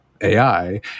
AI